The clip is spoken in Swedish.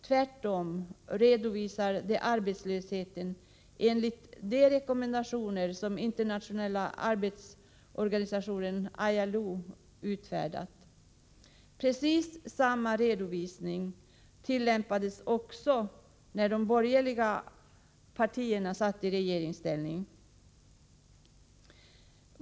Tvärtom redovisar de arbetslösheten enligt de rekommendationer som internationella arbetsorganisationen ILO utfärdat. Precis samma redovisning tillämpades också tidigare av de borgerliga regeringarna.